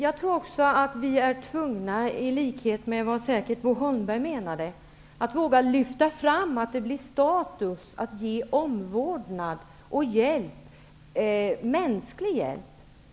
Herr talman! Jag tror att vi, i likhet med vad Bo Holmberg säkert menade, måste våga lyfta fram och se till att det skall vara bli status att ge omvårdnad och mänsklig hjälp.